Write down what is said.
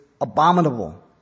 abominable